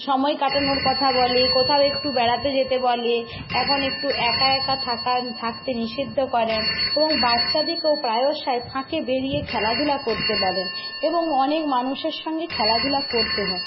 সময় কাটানোর কথা বলে কোথাও একটু বেড়াতে যেতে বলে এখন একটু একা একা থাকা থাকতে নিষিদ্ধ করেন এবং বাচ্চাদেরকেও প্রায়শই ফাঁকে বেরিয়ে খেলাধুলা করতে বলেন এবং অনেক মানুষের সঙ্গে খেলাধুলা করতে হয়